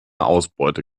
ausbeute